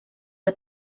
que